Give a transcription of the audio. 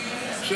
יש